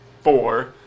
four